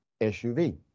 SUV